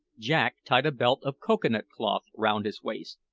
jack tied a belt of cocoa-nut cloth round his waist,